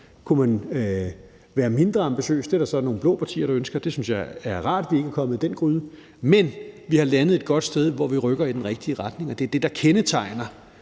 Kunne man være mindre ambitiøs? Det er der så nogle blå partier der ønsker. Jeg synes, det er rart, at vi ikke er kommet i den gryde. Men vi er landet et godt sted, hvor vi rykker i den rigtige retning, og det, der kendetegner